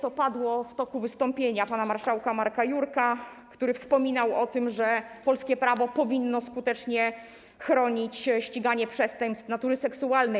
To padło w toku wystąpienia pana marszałka Marka Jurka, który wspominał o tym, że polskie prawo powinno skutecznie chronić ściganie przestępstw natury seksualnej.